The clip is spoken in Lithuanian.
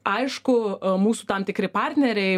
aišku a mūsų tam tikri partneriai